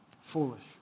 Foolish